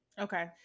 Okay